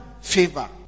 favor